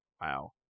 wow